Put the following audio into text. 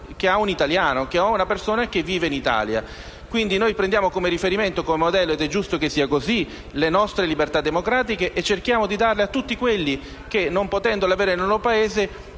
che ha un italiano, che ha una persona che vive in Italia. Quindi, prendiamo come riferimento e come modello - ed è giusto che sia così - le nostre libertà democratiche e cerchiamo di darle a tutti quelli che, non potendole avere nel loro Paese,